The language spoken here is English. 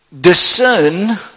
discern